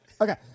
Okay